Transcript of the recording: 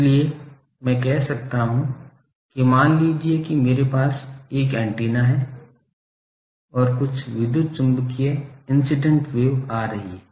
इसलिए मैं कह सकता हूं कि मान लीजिए कि मेरे पास एक एंटीना है और कुछ विद्युत चुम्बकीय तरंग इंसिडेंट वेव आ रही है